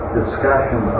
discussion